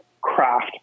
craft